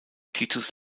titus